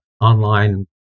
online